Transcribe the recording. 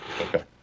Okay